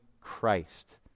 Christ